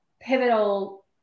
pivotal